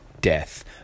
death